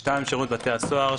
(2)שירות בתי הסוהר,